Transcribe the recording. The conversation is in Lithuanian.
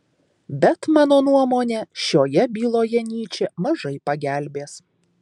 bet mano nuomone šioje byloje nyčė mažai pagelbės